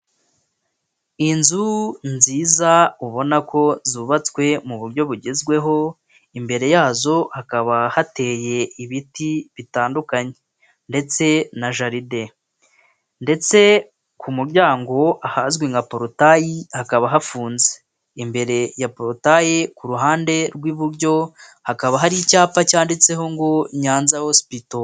Inzu nziza ubona ko zubatswe mu buryo bugezweho, imbere yazo hakaba hateye ibiti bitandukanye ndetse na jaride. Ndetse ku muryango ahazwi nka porotayi hakaba hafunze, imbere ya porotayi ku ruhande rw'iburyo hakaba hari icyapa cyanditseho ngo nyanza hosipito.